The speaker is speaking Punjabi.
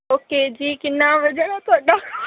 ਓਕੇ ਜੀ ਕਿੰਨਾ ਵਜ਼ਨ ਹੈ ਤੁਹਾਡਾ